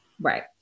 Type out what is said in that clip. right